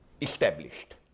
established